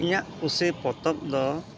ᱤᱧᱟᱹᱜ ᱠᱩᱥᱤ ᱯᱚᱛᱚᱵ ᱫᱚ